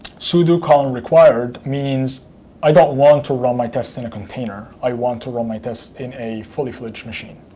sudo and required means i don't want to run my tests in a container. i want to run my test in a fully fledged machine,